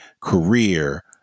career